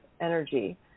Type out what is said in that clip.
energy